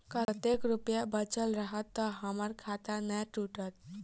कतेक रुपया बचल रहत तऽ हम्मर खाता नै टूटत?